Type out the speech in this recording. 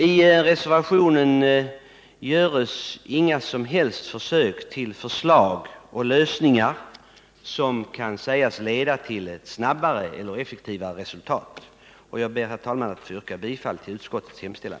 I reservationen lämnas inget som helst förslag till lösning som kan sägas leda till ett snabbare eller effektivare resultat. Jag ber, herr talman, att få yrka bifall till utskottets hemställan.